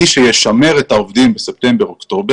מי שישמר את העובדים בספטמבר-אוקטובר,